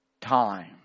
Time